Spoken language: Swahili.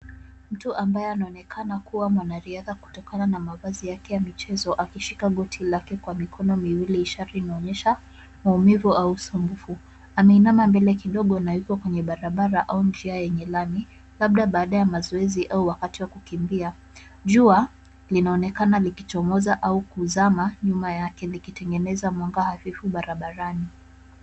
Mtu ambaye anaonekana kuwa mwanariadha kutokana na mavazi yake ya michezo akishika goti lake kwa mikono miwili ishara inaonyesha maumivu au usumbufu. Ameinama mbele kidogo na yuko kwenye barabara au njia yenye lami labda baada ya mazoezi au wakati wa kukimbia. Jua linaonekana likichomoza au kuzama nyuma yake likitengeneza mwanga hafifu barabarani.